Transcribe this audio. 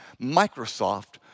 Microsoft